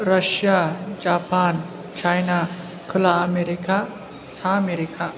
Russia Japan China खोला America सा America